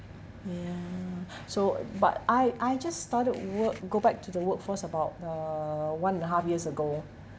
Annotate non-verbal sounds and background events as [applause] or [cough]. ya [breath] so but I I just started work go back to the workforce about uh one and a half years ago